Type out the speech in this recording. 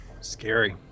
Scary